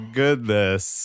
goodness